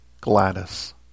Gladys